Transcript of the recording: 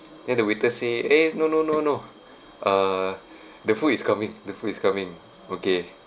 then the waiter said eh no no no no uh the food is coming the food coming okay